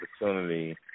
opportunity